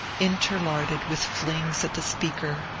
interlarded with flings at the speaker,